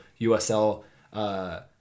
USL